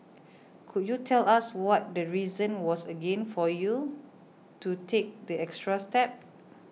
could you tell us what the reason was again for you to take the extra step